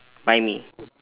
buy me